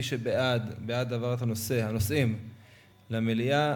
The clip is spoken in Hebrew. מי שבעד, בעד העברת הנושאים למליאה.